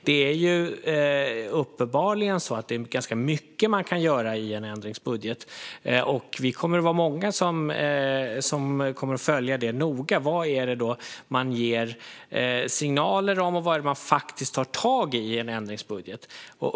Det är uppenbarligen ganska mycket man kan göra i en ändringsbudget, och vi är många som kommer att följa det noga. Vad är det man ger signaler om och vad är det man faktiskt tar tag i i en ändringsbudget?